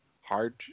hard